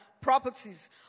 properties